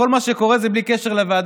כל מה שקורה זה בלי קשר לוועדות,